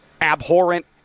abhorrent